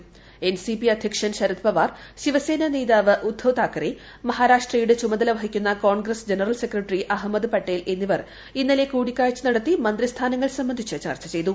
കൂൻസിപി അധ്യക്ഷൻ ശരത് പവാർ ശിവസേന നേതാവ് ഉദ്ദവ് ് താക്ക്റെ മഹാരാഷ്ട്രയുടെ ചുമതല വഹിക്കുന്ന Congress general secretary Ahmed Patel എന്നിവർ ഇന്നലെ കീട്ടിക്കാഴ്ച നടത്തി മന്ത്രി സ്ഥാനങ്ങൾ സംബന്ധിച്ച് ചർച്ച ചെയ്തു